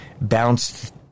bounced